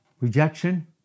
rejection